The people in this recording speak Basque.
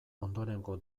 ondorengo